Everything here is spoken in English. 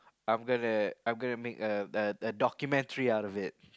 I'm gonna I'm gonna make a a a documentary out of it